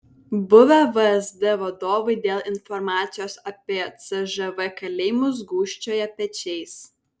buvę vsd vadovai dėl informacijos apie cžv kalėjimus gūžčioja pečiais